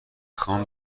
خوام